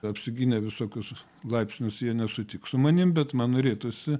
apsigynę visokius laipsnius jie nesutiks su manim bet man norėtųsi